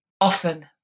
often